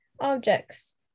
objects